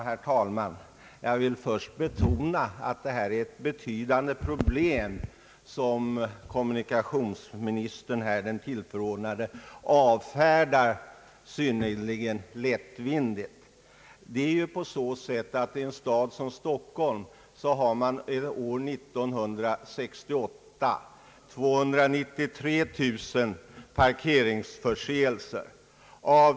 Herr talman! Jag vill först betona att detta är ett betydande problem, som den tillförordnade kommunikationsministern avfärdar synnerligen lättvindigt. År 1968 hade Stockholms stad 293 000 parkeringsförseelser.